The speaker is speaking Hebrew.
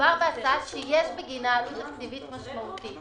- מדובר בהצעה שיש בגינה עלות תקציבית משמעותית.